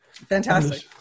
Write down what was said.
Fantastic